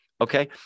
Okay